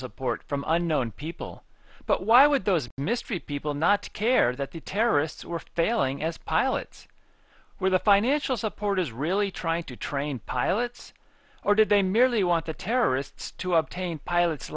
support from unknown people but why would those mistreat people not care that the terrorists were failing as pilots were the financial supporters really trying to train pilots or did they merely want the terrorists to obtain pilot